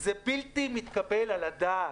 זה בלתי-מתקבל על הדעת.